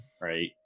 right